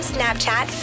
Snapchat